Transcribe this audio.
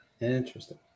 interesting